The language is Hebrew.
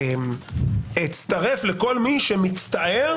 אצטרף לכל מי שמצטער